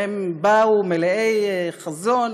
והם באו מלאי חזון,